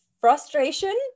frustration